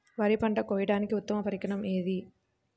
వరి పంట కోయడానికి ఉత్తమ పరికరం ఏది?